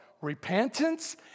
Repentance